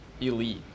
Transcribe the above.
elite